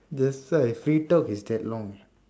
that's why free talk is that long